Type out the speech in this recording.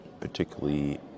particularly